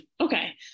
Okay